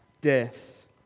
death